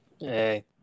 Hey